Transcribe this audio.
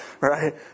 right